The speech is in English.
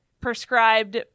prescribed